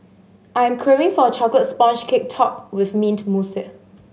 I am craving for a chocolate sponge cake topped with mint mousse